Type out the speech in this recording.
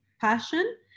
passion